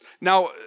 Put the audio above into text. Now